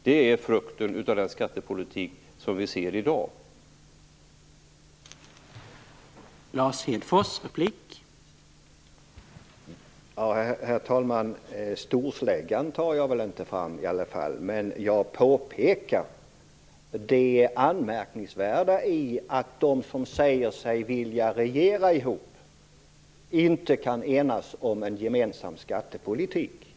Det är frukten av den skattepolitik som vi i dag ser.